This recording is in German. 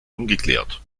ungeklärt